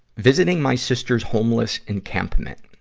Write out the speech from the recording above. visiting my sister's homeless encampment.